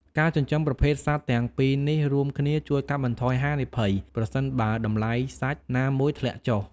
ការចិញ្ចឹមប្រភេទសត្វទាំងពីរនេះរួមគ្នា ជួយកាត់បន្ថយហានិភ័យប្រសិនបើតម្លៃសាច់ណាមួយធ្លាក់ចុះ។